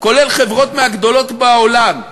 כולל חברות מהגדולות בעולם.